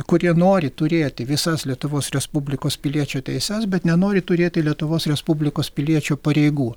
kurie nori turėti visas lietuvos respublikos piliečio teises bet nenori turėti lietuvos respublikos piliečio pareigų